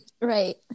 right